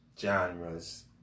genres